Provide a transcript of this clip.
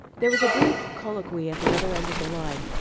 there was a brief colloquy at the other end of the line,